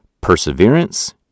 Perseverance